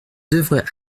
devrait